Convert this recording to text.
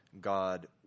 God